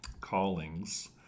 callings